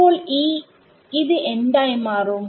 അപ്പോൾ ഈ എന്തായി മാറും